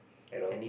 at all